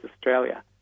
Australia